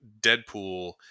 Deadpool